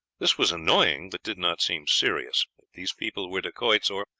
this was annoying, but did not seem serious. if these people were dacoits, or,